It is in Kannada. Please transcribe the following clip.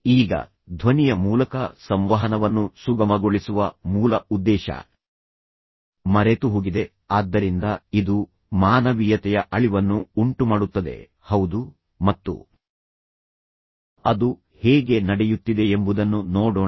ಈಗ ಧ್ವನಿಯ ಮೂಲಕ ಸಂವಹನವನ್ನು ಸುಗಮಗೊಳಿಸುವ ಮೂಲ ಉದ್ದೇಶ ಮರೆತುಹೋಗಿದೆ ಆದ್ದರಿಂದ ಇದು ಮಾನವೀಯತೆಯ ಅಳಿವನ್ನು ಉಂಟುಮಾಡುತ್ತದೆ ಹೌದು ಮತ್ತು ಅದು ಹೇಗೆ ನಡೆಯುತ್ತಿದೆ ಎಂಬುದನ್ನು ನೋಡೋಣ